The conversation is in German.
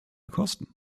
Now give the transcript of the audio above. kosten